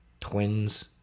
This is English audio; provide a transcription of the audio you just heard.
Twins